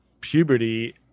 puberty